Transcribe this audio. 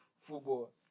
Football